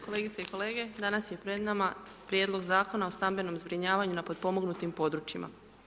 Kolegice i kolege danas je pred nama Prijedlog zakona o stambenom zbrinjavanju na potpomognutim područjima.